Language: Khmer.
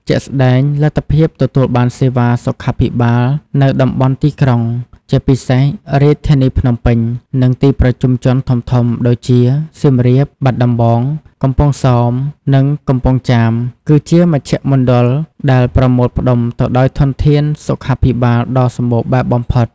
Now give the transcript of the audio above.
ជាក់ស្ដែង លទ្ធភាពទទួលបានសេវាសុខាភិបាលនៅតំបន់ទីក្រុង ជាពិសេសរាជធានីភ្នំពេញ និងទីប្រជុំជនធំៗដូចជា សៀមរាប បាត់ដំបង កំពង់សោម និងកំពង់ចាម គឺជាមជ្ឈមណ្ឌលដែលប្រមូលផ្តុំទៅដោយធនធានសុខាភិបាលដ៏សម្បូរបែបបំផុត។